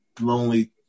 lonely